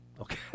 okay